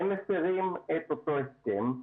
הם מפרים את אותו הסכם.